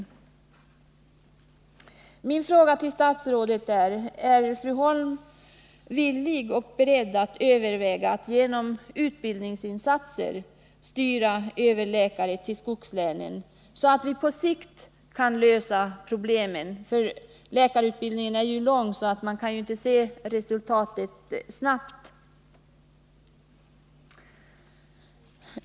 Jag vill i detta sammanhang fråga statsrådet: Är fru Holm villig och beredd att överväga att genom utbildningsinsatser styra utvecklingen så att vi får fler läkare till skogslänen så att vi på sikt — utbildningen är ju lång, så man kan inte få resultat snabbt — kan lösa problemen?